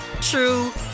true